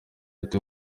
ati